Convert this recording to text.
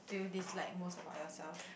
do you dis like most about yourself